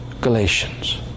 Galatians